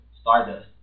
stardust